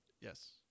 Yes